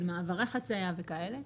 של מעברי חציה וכאלה,